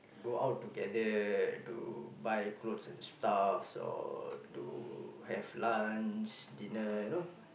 go out together to buy clothes and stuff so to have lunch dinner you know